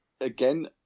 again